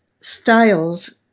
styles